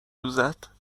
دوزد